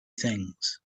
things